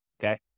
okay